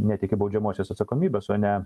net iki baudžiamosios atsakomybės o ne